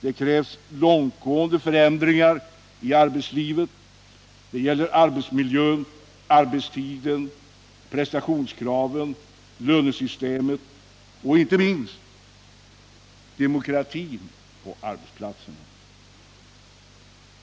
Det krävs långtgående förändringar i arbetslivet — det gäller arbetsmiljön, arbetstiden, prestationskraven, lönesystemet och inte minst demokratin på arbetsplatserna.